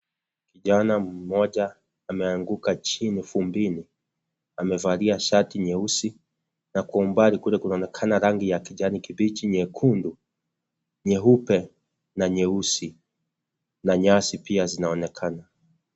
Kijana mmoja ameanguka chini vumbini, amevalia shati nyeusi na kwa umbali kule kunaonekana rangi ya kijani kibichi, nyekundu, nyeupe na nyeusi na nyasi pia zinaonekana.